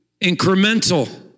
incremental